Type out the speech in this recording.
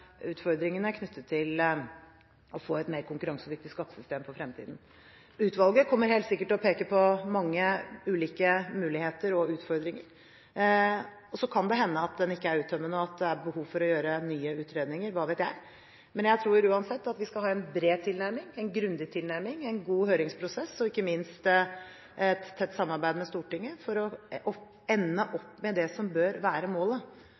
utfordringene knyttet til å få et mer konkurransedyktig skattesystem i fremtiden. Utvalget kommer helt sikkert til å peke på mange ulike muligheter og utfordringer. Så kan det hende at rapporten ikke er uttømmende, og at det er behov for å gjøre nye utredninger – hva vet jeg. Men jeg tror uansett at vi skal ha en bred tilnærming, en grundig tilnærming, en god høringsprosess og ikke minst et tett samarbeid med Stortinget for å ende opp med det som bør være målet,